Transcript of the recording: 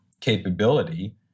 capability